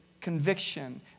conviction